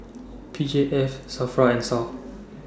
P J F SAFRA and Sal